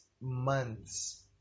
months